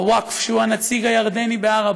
הווקף, שהוא הנציג הירדני בהר הבית,